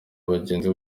abagenzi